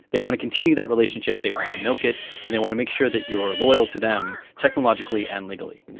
they want to continue that relationship, they want to milk it, and they want to make sure that you are loyal to them technologically and legally.